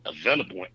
available